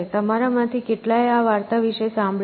તમારામાંથી કેટલાએ આ વાર્તા વિશે સાંભળ્યું છે